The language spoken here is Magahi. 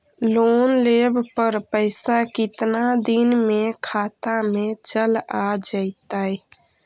लोन लेब पर पैसा कितना दिन में खाता में चल आ जैताई?